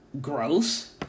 gross